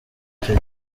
icyo